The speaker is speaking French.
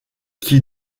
qui